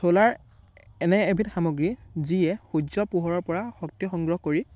চ'লাৰ এনে এবিধ সামগ্ৰী যিয়ে সূৰ্য্য পোহৰৰ পৰা শক্তি সংগ্ৰহ কৰি